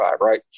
right